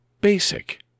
basic